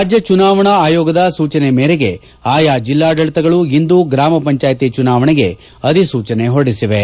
ರಾಜ್ಯ ಚುನಾವಣಾ ಆಯೋಗದ ಸೂಚನೆ ಮೇರೆಗೆ ಆಯಾ ಜಿಲ್ಲಾಡಳತಗಳು ಇಂದು ಗ್ರಾಮ ಪಂಚಾಯತಿ ಚುನಾವಣೆಗೆ ಅಧಿಸೂಚನೆ ಹೊರಡಿಸಿವೆ